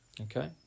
okay